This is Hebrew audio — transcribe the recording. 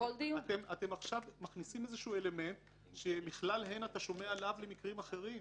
אתם עכשיו מכניסים איזשהו אלמנט שמכלל הן אתה שומע לאו למקרים אחרים.